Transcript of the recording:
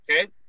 Okay